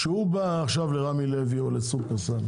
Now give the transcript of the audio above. כשהוא בא עכשיו לרמי לוי או לשופרסל,